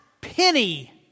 penny